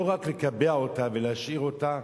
לא רק לקבע אותה ולהשאיר אותה.